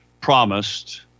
promised